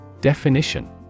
Definition